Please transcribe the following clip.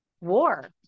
war